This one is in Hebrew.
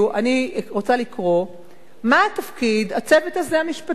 אני רוצה לקרוא מה תפקיד הצוות הזה, המשפטי.